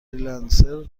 لنسر